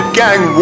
gang